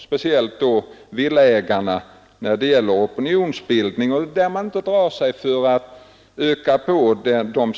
Herr Alvar Andersson i Knäred har tidigare redogjort för innehållet i förslaget.